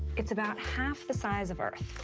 it's about half the size of earth.